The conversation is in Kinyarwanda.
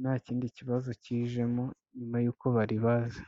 ntakindi kibazo kijemo nyuma y'uko baribaze.